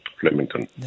Flemington